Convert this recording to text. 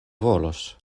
volos